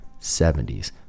70s